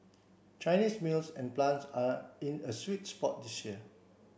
Chinese mills and plants are in a sweet spot this year